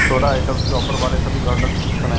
soda items के offer वाले सभी ब्रांडों की सूचि बनाएँ